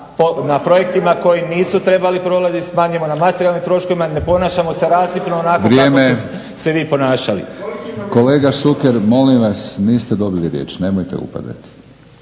na projektima koji nisu trebali prolaziti smanjimo na materijalnim troškovima, ne ponašamo se rasipno onako kako ste se vi ponašali. **Batinić, Milorad (HNS)** Kolega Šuker, molim vas niste dobili riječ. Nemojte upadati!